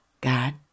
God